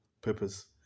purpose